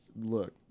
Look